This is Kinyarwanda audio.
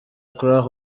croix